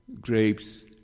grapes